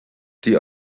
die